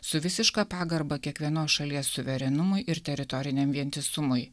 su visiška pagarba kiekvienos šalies suverenumui ir teritoriniam vientisumui